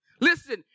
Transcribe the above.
Listen